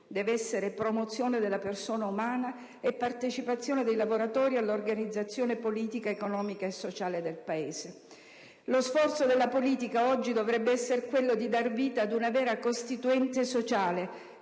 deve essere promozione della persona umana e partecipazione dei lavoratori all'organizzazione politica, economica e sociale del Paese. Lo sforzo della politica oggi dovrebbe essere quello di dar vita a una vera "Costituente sociale",